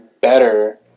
better